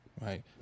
right